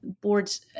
boards